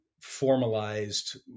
formalized